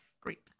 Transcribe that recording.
great